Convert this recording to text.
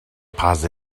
pas